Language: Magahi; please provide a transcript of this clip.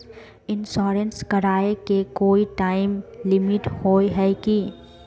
इंश्योरेंस कराए के कोई टाइम लिमिट होय है की?